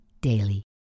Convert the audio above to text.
daily